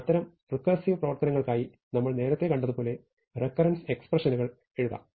അത്തരം റെക്കേർസിവ് പ്രവർത്തനങ്ങൾക്കായി നമ്മൾ നേരത്തെ കണ്ടതുപോലെ റെക്കരൻസ് എക്സ്പ്രഷനുകൾ നമുക്ക് എഴുതാം